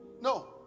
no